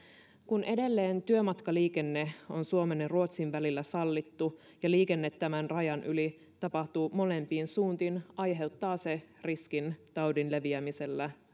kun edelleen työmatkaliikenne suomen ja ruotsin välillä on sallittu ja liikenne tämän rajan yli tapahtuu molempiin suuntiin se aiheuttaa riskin taudin leviämiselle